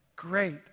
Great